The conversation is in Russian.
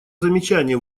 замечания